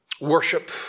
Worship